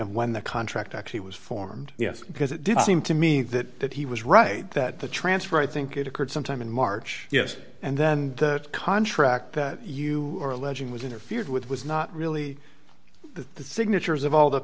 of when the contract actually was formed yes because it did seem to me that that he was right that the transfer i think it occurred sometime in march yes and then the contract that you are alleging was interfered with was not really the signatures of all the